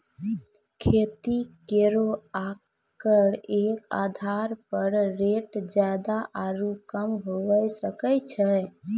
खेती केरो आकर क आधार पर रेट जादा आरु कम हुऐ सकै छै